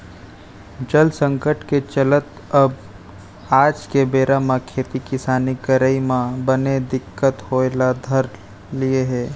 जल संकट के चलत अब आज के बेरा म खेती किसानी करई म बने दिक्कत होय ल धर लिये हे